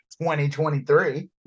2023